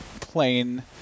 plain